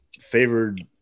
favored